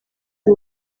uri